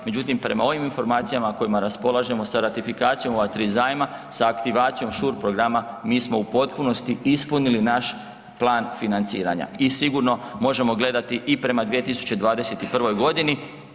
Međutim, prema ovim informacijama kojima se raspolažemo, sa ratifikacijom ova tri zajma, sa aktivacijom shur programa mi smo u potpunosti ispunili naš plan financiranja i sigurno možemo gledati i prema 2021. godini.